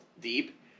deep